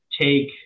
take –